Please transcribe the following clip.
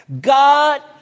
God